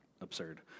absurd